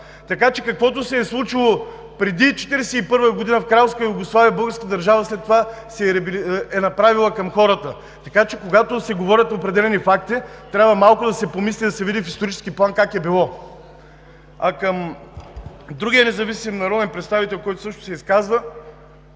Каквото се е случило преди 1941 г. в Кралска Югославия, българската държава след това е направила към хората, така че, когато се говорят определени факти, трябва малко да се помисли и да се види в исторически план как е било. Към другия независим народен представител, който също се изказа,